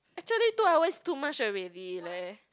actually two hours too much already leh